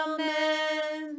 Amen